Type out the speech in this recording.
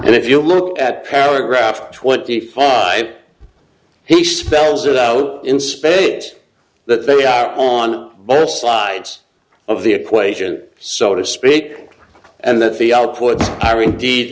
and if you look at paragraph twenty five he spells it out in spades that they are on both sides of the equation so to speak and